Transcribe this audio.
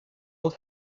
old